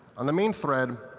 on the main thread,